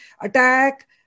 attack